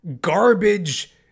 garbage